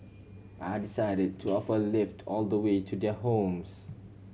I decided to offer a lift all the way to their homes